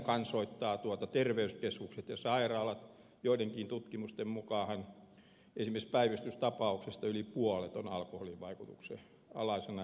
hehän kansoittavat terveyskeskukset ja sairaalat joidenkin tutkimusten mukaanhan esimerkiksi päivystystapauksista yli puolet on alkoholin vaikutuksen alaisena